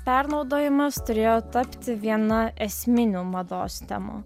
pernaudojimas turėjo tapti viena esminių mados temų